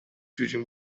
judging